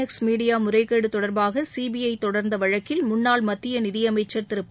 X media முறைகேடு தொடர்பாக CBI தொடர்ந்த வழக்கில் முன்னாள் மத்திய நிதியமைச்சர் திரு ப